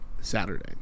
Saturday